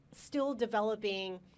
still-developing